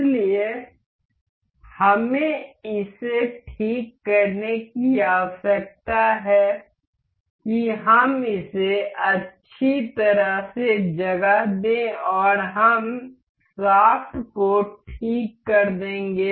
इसलिए हमें इसे ठीक करने की आवश्यकता है कि हम इसे अच्छी तरह से जगह दें और हम शाफ्ट को ठीक कर देंगे